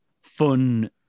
fun